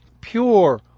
pure